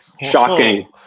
shocking